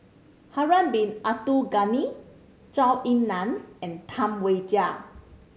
Harun Bin Abdul Ghani Zhou Ying Nan and Tam Wai Jia